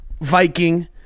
Viking